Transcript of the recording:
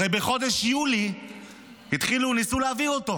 הרי בחודש יולי התחילו, ניסו להביא אותו,